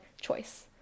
choice